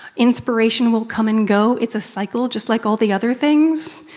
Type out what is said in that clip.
inspiration will come and go. it's a cycle, just like all the other things.